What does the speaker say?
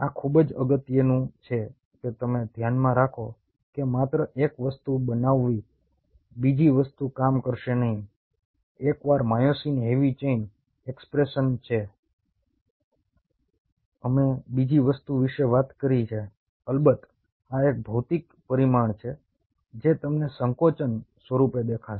આ ખૂબ જ અગત્યનું છે કે તમે ધ્યાનમાં રાખો કે માત્ર એક વસ્તુ બનાવવી બીજી વસ્તુ કામ કરશે નહીં એકવાર માયોસિન હેવી ચેઇન એક્સપ્રેશન છે અમે બીજી વસ્તુ વિશે વાત કરી છે અલબત્ત આ એક ભૌતિક પરિમાણ છે જે તમને સંકોચન સ્વરૂપે દેખાશે